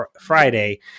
Friday